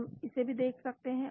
हम इसे भी देख सकते हैं